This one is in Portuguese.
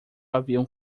haviam